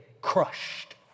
crushed